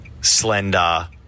slender